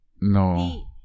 No